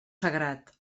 sagrat